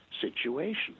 situation